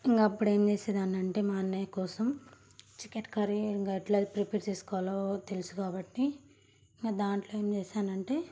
ఇంకా అప్పుడు ఏం చేసేదాన్నంటే మా అన్నయ్య కోసం చికెన్ కర్రీ ఇంకా ఎలా ప్రిపేర్ చేసుకోవాలో తెలుసు కాబట్టి ఇక దాంట్లో ఏం చేసానంటే